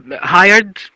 hired